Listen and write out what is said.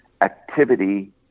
activity